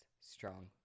strong